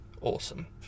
awesome